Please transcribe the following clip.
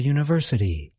University